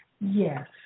Yes